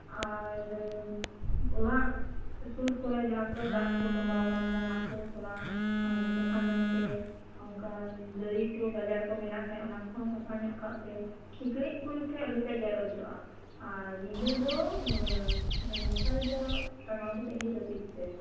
ᱟᱨ ᱚᱲᱟᱜ ᱥᱩᱨ ᱠᱚᱨᱮ ᱡᱟᱦᱟ ᱠᱚᱨᱮ ᱫᱟᱜ ᱠᱚ ᱴᱚᱵᱟᱣ ᱟᱠᱟᱱ ᱠᱷᱟᱡ ᱚᱱᱟ ᱠᱚ ᱛᱷᱚᱲᱟ ᱥᱟᱯᱷᱟ ᱧᱚᱜᱯᱮ ᱚᱱᱠᱟᱱ ᱫᱟᱹᱨᱤ ᱠᱩ ᱜᱟᱡᱟᱲ ᱠᱚ ᱢᱮᱱᱟᱜ ᱠᱷᱟᱡ ᱚᱱᱟ ᱠᱚᱦᱚᱸ ᱥᱟᱯᱷᱟ ᱧᱚᱜ ᱠᱟᱜ ᱯᱮ ᱥᱤᱠᱲᱤᱡᱽ ᱠᱩᱡ ᱴᱷᱮᱡ ᱟᱞᱩᱯᱮ ᱜᱮᱨ ᱚᱪᱚᱜᱼᱟ ᱟᱨ ᱧᱤᱫᱟᱹ ᱫᱚ ᱢᱚᱥᱟᱨᱤ ᱫᱚ ᱴᱟᱜᱟᱣ ᱠᱟᱛᱮ ᱜᱮ ᱡᱟᱹᱯᱤᱫ ᱯᱮ